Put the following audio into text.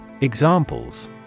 Examples